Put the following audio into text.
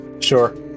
sure